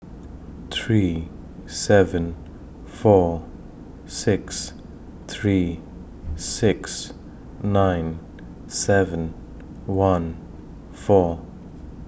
three seven four six three six nine seven one four